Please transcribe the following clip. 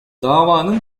davanın